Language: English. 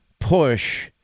push